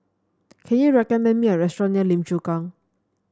can you recommend me a restaurant near Lim Chu Kang